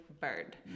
bird